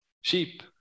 Sheep